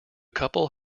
couple